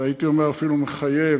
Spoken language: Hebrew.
והייתי אומר אפילו מחייב